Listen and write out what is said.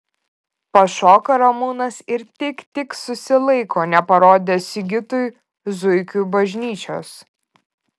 pašoka ramūnas ir tik tik susilaiko neparodęs sigitui zuikių bažnyčios